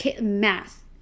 Math